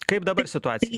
kaip dabar situacija